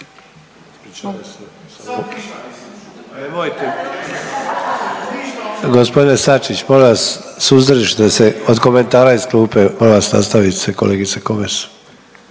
Gospodine Sačić molim vas suzdržite se od komentara iz klupe. Molim vas nastavite kolegice Komes.